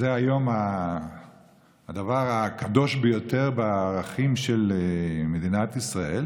וכן הלאה, מסך עשן, לא יעזרו הסיסמאות.